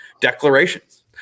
declarations